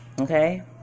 okay